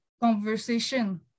conversation